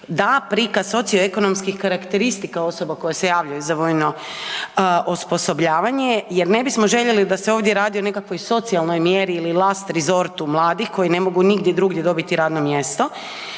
da prikaz socio ekonomskih karakteristika osoba koje se javljaju za vojno osposobljavanje jer ne bismo željeli da se ovdje radi o nekakvoj socijalnoj mjeri ili last rizortu mladih koji ne mogu nigdje drugdje dobiti radno mjesto.